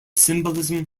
symbolism